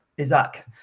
Isaac